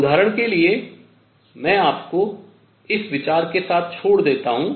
उदाहरण के लिए मैं आपको इस विचार के साथ छोड़ देता हूँ